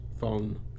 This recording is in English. phone